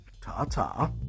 Ta-ta